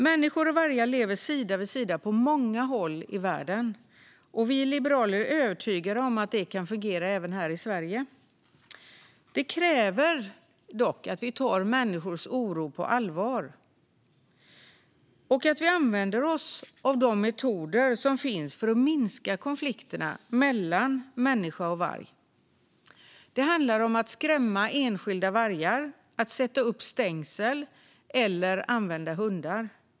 Människor och vargar lever sida vid sida på många håll i världen, och vi liberaler är övertygade om att det kan fungera även här i Sverige. Det kräver dock att vi tar människors oro på allvar och att vi använder oss av de metoder som finns för att minska konflikterna mellan människa och varg. Det handlar om att skrämma enskilda vargar, sätta upp stängsel eller använda hundar.